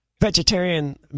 vegetarian